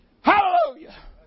Hallelujah